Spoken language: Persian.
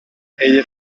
عید